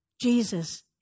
Jesus